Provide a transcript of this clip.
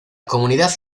comunidad